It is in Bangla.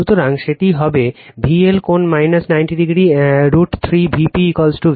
সুতরাং সেটি হবে VL কোণ 90o √ 3 Vp VL